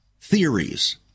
theories